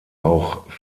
auch